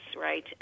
right